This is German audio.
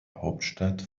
hauptstadt